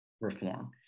reform